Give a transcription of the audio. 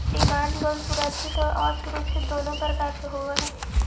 demand loan सुरक्षित आउ असुरक्षित दुनों प्रकार के होवऽ हइ